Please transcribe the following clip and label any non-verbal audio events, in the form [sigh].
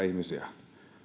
[unintelligible] ihmisiä